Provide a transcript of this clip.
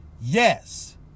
Yes